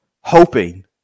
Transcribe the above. hoping